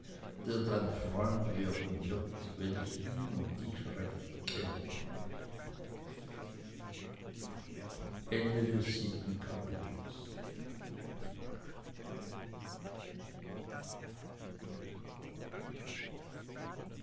dein freund werden wird wenn ich ihn und dich recht kenne achtes kapitel